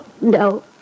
No